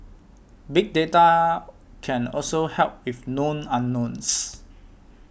big data can also help with known unknowns